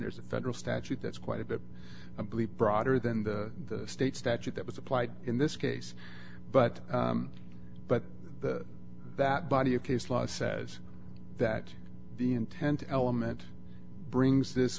there's a federal statute that's quite a bit i believe broader than the state statute that was applied in this case but but that body of case law says that the intent element brings this